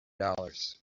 dollars